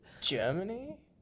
Germany